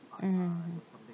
mmhmm